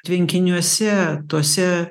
tvenkiniuose tose